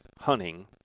hunting